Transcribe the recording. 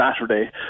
Saturday